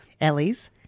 Ellie's